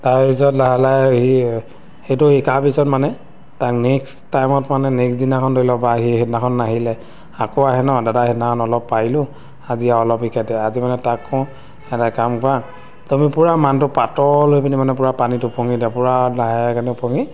তাৰপিছত লাহে লাহে সি সেইটো শিকাৰ পিছত মানে তাক নেক্সট টাইমত মানে নেক্সট দিনাখন ধৰি লওক বা সি সেইদিনাখন নাহিলে আকৌ আহে ন দাদা সেইদিনাখন অলপ পাৰিলোঁ আজি আৰু অলপ শিকাই দে আজি মানে তাক কওঁ এটা কাম কৰা তুমি পূৰা মানুহটো পাতল হৈ পিনি মানে পূৰা পানীত উপঙি দিয়া পূৰা লাহেকেনে উপঙি